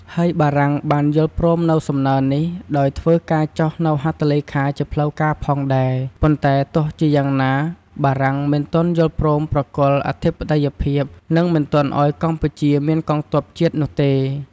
ហើយបារាំងបានយល់ព្រមនូវសំណើរនេះដោយធ្វើការចុះនូវហត្ថលេខាជាផ្លូវការណ៍ផងដែរ ប៉ុន្តែទោះជាយ៉ាងណា បារាំងមិនទាន់យល់ព្រមប្រគល់អធិបតេយ្យភាព និង មិនទាន់ឱ្យកម្ពុជាមានកងទ័ពជាតិនោះទេ ។